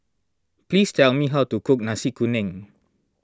please tell me how to cook Nasi Kuning